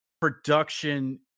production